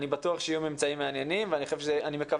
אני בטוח שיהיו ממצאים מעניינים ואני מקווה